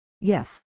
Yes